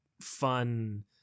fun